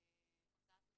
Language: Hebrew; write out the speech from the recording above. ובהוצאת מכרזים,